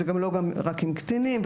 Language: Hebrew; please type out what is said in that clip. זה לא קורה רק עם קטינים,